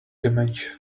damage